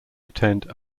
attend